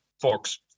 folks